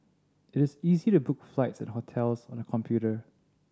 it is easy to book flights and hotels on the computer